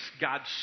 God's